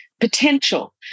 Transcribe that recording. potential